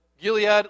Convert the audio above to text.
Gilead